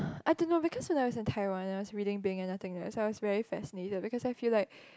I don't know because when I was in Taiwan I was reading Being of Nothingness so I was very fascinated because I feel like